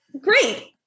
Great